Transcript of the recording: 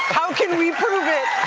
how can we prove it.